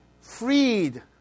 freed